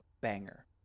banger